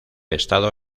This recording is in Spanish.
estado